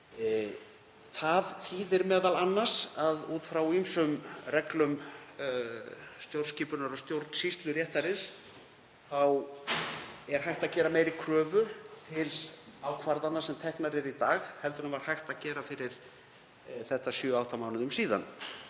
Það þýðir m.a. að út frá ýmsum reglum stjórnskipunar- og stjórnsýsluréttarins er hægt að gera meiri kröfu til ákvarðana sem teknar eru í dag en var hægt að gera fyrir um sjö, átta mánuðum síðan,